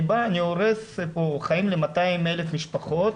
בא ואני הורס פה חיים ל-200,000 משפחות